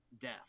death